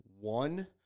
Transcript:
one